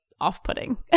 off-putting